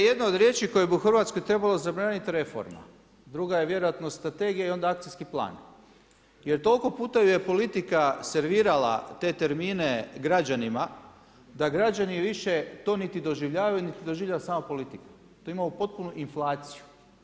Dakle ja mislim da je jedna od riječi koju bi u Hrvatskoj trebalo zabraniti reforma, druga je vjerojatno strategija i onda akcijski plan jer toliko puta ju je politika servirala te termine građanima da građani više to niti doživljavaju niti doživljava sama politika, tu imamo potpunu inflaciju.